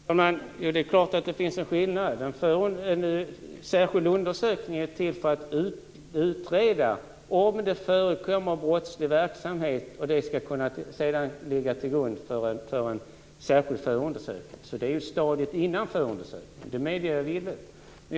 Fru talman! Det är klart att det finns en skillnad. En särskild undersökning är till för att utreda om det förekommer brottslig verksamhet, och detta skall sedan ligga till grund för en särskild förundersökning. Så detta gäller stadiet innan förundersökningen. Det medger jag villigt.